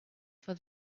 for